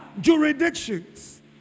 jurisdictions